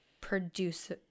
produce